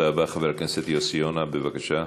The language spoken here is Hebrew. חבר הכנסת יוסי יונה, בבקשה.